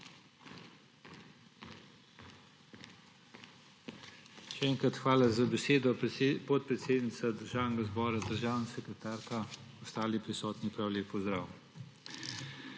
Še enkrat hvala za besedo, podpredsednica Državnega zbora. Državna sekretarka, ostali prisotni, prav lep pozdrav!